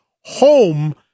home